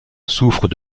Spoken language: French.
souffre